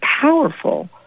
powerful